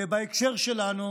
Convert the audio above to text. ובהקשר שלנו,